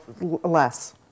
less